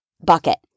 bucket